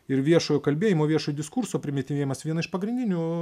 ir viešojo kalbėjimo viešo diskurso primityvėjimas viena iš pagrindinių